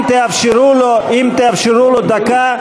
אם תאפשרו לו דקה,